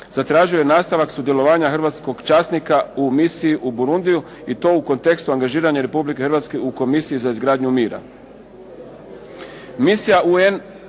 zatražio je nastavak sudjelovanja hrvatskog časnika u misiji u Borundiju i to u kontekstu angažiranja Republike Hrvatske u komisiji za izgradnju mira. Misija UN